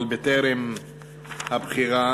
בטרם הבחירה,